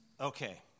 Okay